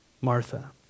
Martha